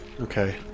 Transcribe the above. Okay